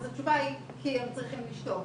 אז התשובה היא כי הם צריכים לשתוק,